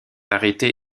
arrêté